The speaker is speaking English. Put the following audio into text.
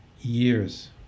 years